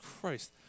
Christ